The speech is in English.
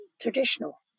traditional